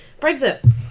Brexit